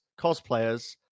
cosplayers